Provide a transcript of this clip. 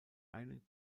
einen